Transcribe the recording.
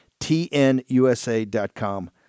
TNUSA.com